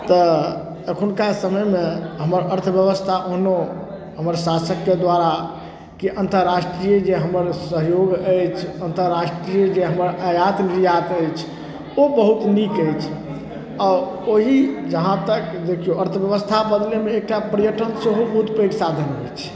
तऽ एखुनका समयमे हमर अर्थब्यवस्था ओहनो हमर शासकके द्वारा कि अन्तराष्ट्रीय जे हमर सहयोग अछि अन्तराष्ट्रीय जे हमर आयत निर्यात अछि ओ बहुत नीक अछि आ ओहि जहाँ तक देखियौ अर्थब्यवस्था बदलै मे एकटा पर्यटन सेहो बहुत पैघ साधन होइ छै